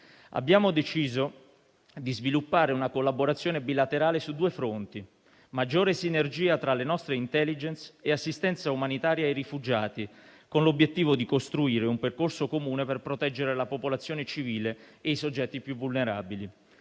Abbiamo deciso di sviluppare una collaborazione bilaterale su due fronti: maggiore sinergia tra le nostre *intelligence* e assistenza umanitaria ai rifugiati, con l'obiettivo di costruire un percorso comune per proteggere la popolazione civile e i soggetti più vulnerabili.